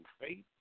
faith